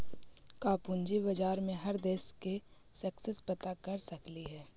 का पूंजी बाजार में हर देश के सेंसेक्स पता कर सकली हे?